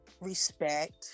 respect